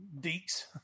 deeks